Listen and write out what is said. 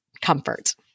comfort